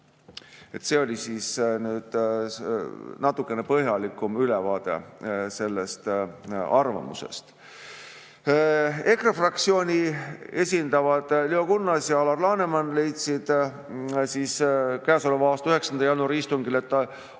See oli siis nüüd natukene põhjalikum ülevaade sellest arvamusest. EKRE fraktsiooni esindavad Leo Kunnas ja Alar Laneman leidsid käesoleva aasta 9. jaanuari istungil, et